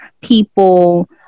people